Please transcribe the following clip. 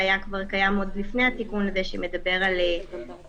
שהיה כבר קיים עוד לפני התיקון הזה המדבר על פעילות